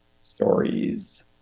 stories